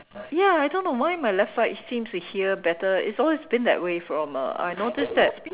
ya I don't know why my left side seems to hear better it's always been that way from uh I notice that